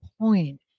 point